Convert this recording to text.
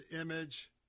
image